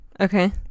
okay